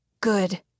Good